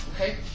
Okay